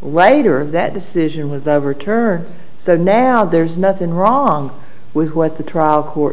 right or that decision was overturned so now there's nothing wrong with what the trial court